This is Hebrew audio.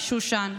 שושן,